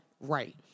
Right